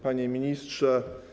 Panie Ministrze!